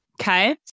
Okay